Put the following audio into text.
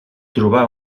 trobar